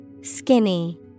Skinny